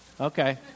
Okay